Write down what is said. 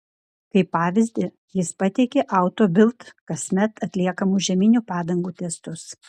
kaip pavyzdį jis pateikė auto bild kasmet atliekamus žieminių padangų testus